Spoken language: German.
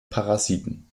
parasiten